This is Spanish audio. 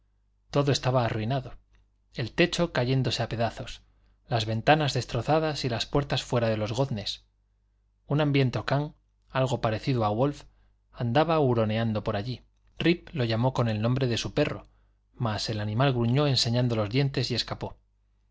todo estaba arruinado el techo cayéndose a pedazos las ventanas destrozadas y las puertas fuera de sus goznes un hambriento can algo parecido a wolf andaba huroneando por allí rip lo llamó con el nombre de su perro mas el animal gruñó enseñando los dientes y escapó